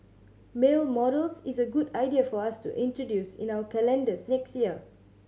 male models is a good idea for us to introduce in our calendars next year